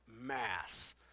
mass